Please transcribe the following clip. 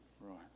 Right